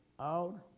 out